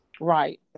Right